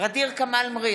ע'דיר כמאל מריח,